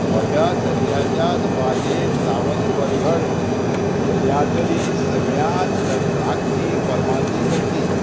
म्हज्या सद्याच्या सुवातेर सावन बरगड जिल्ल्यांतली सगळ्यांत लग लागची फर्मासी खंयची